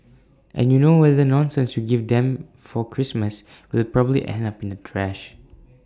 and you know whatever nonsense you give them for Christmas will probably end up in the trash